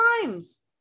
times